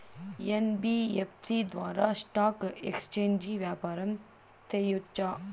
NBFC ద్వారా stock exchange వ్యాపారం సేయొచ్చా?